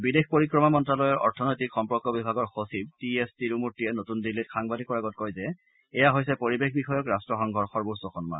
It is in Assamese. বিদেশ পৰিক্ৰমা মন্তালয়ৰ অৰ্থনৈতিক সম্পৰ্ক বিভাগৰ সচিব টি এছ তিৰুমূৰ্তীয়ে নতুন দিল্লীত সাংবাদিকৰ আগত কয় যে এয়া হৈছে পৰিৱেশ বিষয়ক ৰাট্টসংঘৰ সৰ্বোচ্চ সন্মান